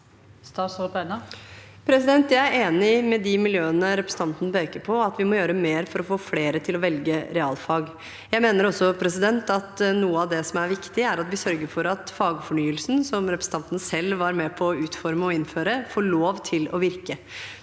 Jeg er enig med de miljøene representanten peker på, i at vi må gjøre mer for å få flere til å velge realfag. Jeg mener også at noe av det som er viktig, er at vi sørger for at fagfornyelsen, som representanten selv var med på å utforme og innføre, får lov til å virke.